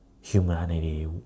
humanity